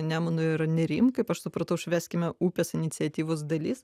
nemunu ir nerim kaip aš supratau švęskime upes iniciatyvos dalis